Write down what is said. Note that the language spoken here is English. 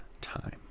time